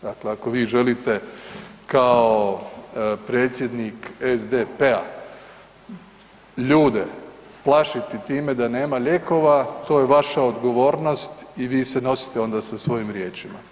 Dakle, ako vi želite kao predsjednik SDP-a ljude plašiti time da nema lijekova, to je vaša odgovornosti i vi se nosite onda sa svojim riječima.